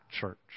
Church